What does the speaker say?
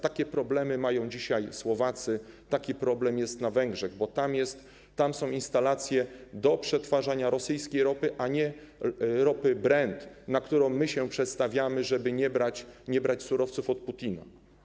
Takie problemy mają dzisiaj Słowacy, taki problem jest na Węgrzech, bo tam są instalacje do przetwarzania rosyjskiej ropy, a nie ropy Brent, na którą my się przestawiamy, żeby nie brać surowców od Putina.